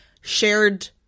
shared